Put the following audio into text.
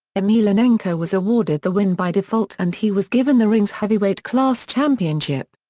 emelianenko was awarded the win by default and he was given the rings heavyweight class championship.